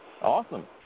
Awesome